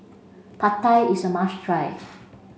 Pad Thai is a must try